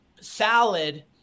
salad